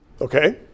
Okay